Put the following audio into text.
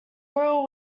grille